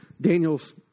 Daniel's